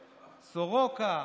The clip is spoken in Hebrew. סורוקה,